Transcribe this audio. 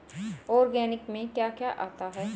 Organic में क्या क्या आता है?